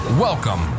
Welcome